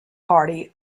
party